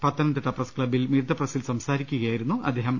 Pathanamthitta press ബ്ബിൽ meet the പ്രസിൽ സംസാരിക്കുകയായിരുന്നു അദ്ദേഹം